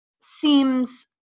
seems